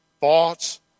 Thoughts